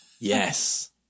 Yes